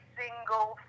single